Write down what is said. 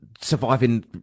surviving